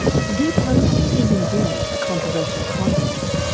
deprogramming is indeed a controversial concept,